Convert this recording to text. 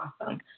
awesome